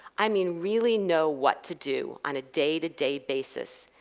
i mean, really know what to do on a day-to-day basis,